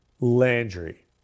Landry